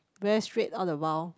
very straight all the while